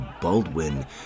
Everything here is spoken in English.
Baldwin